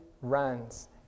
runs